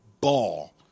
ball